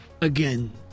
Again